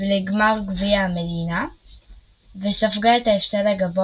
לגמר גביע המדינה וספגה את ההפסד הגבוה